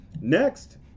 Next